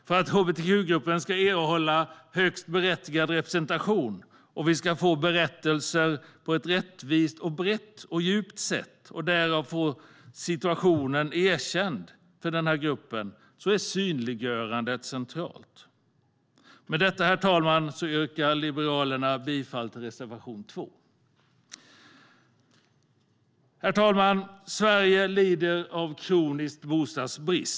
För att hbtq-gruppen ska erhålla högst berättigad representation och vi ska få berättelser på ett rättvist, brett och djupt sätt och därmed få gruppens situation erkänd är synliggörandet centralt. Med detta, herr talman, yrkar jag bifall till reservation 2. Herr talman! Sverige lider av kronisk bostadsbrist.